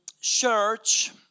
church